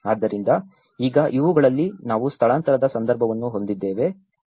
ಆದ್ದರಿಂದ ಈಗ ಇವುಗಳಲ್ಲಿ ನಾವು ಸ್ಥಳಾಂತರದ ಸಂದರ್ಭವನ್ನೂ ಹೊಂದಿದ್ದೇವೆ